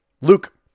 Luke